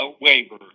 waiver